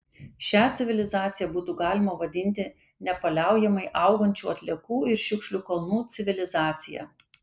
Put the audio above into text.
šią civilizaciją būtų galima vadinti nepaliaujamai augančių atliekų ir šiukšlių kalnų civilizacija